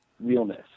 realness